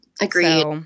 Agreed